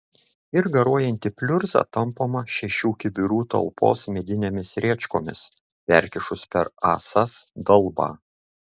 ir garuojanti pliurza tampoma šešių kibirų talpos medinėmis rėčkomis perkišus per ąsas dalbą